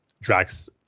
Drax